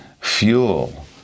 fuel